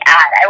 add